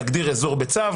להגדיר אזור בצו,